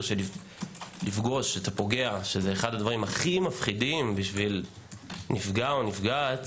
של לפגוש את הפוגע שזה אחד הדברים הכי מפחידים לנפגע או נפגעת